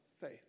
faith